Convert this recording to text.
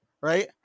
Right